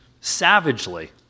savagely